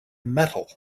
metal